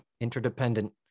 interdependent